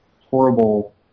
horrible